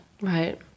right